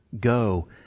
go